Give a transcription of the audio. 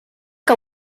que